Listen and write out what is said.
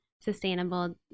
sustainable